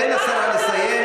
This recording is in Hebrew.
תן לשרה לסיים.